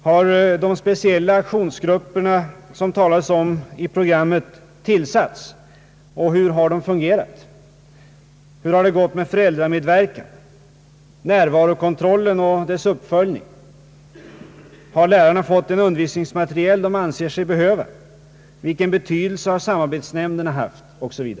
Har de speciella aktionsgrupperna som det talas om i programmet tillsatts, och hur har de i så fall fungerat? Hur har det gått med föräldramedverkan? Hur med närvarokontrollen och dess uppföljning? Har lärarna fått den undervisningsmateriel de anser sig behöva? Vilken betydelse har samarbetsnämnderna haft? Etc.